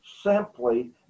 simply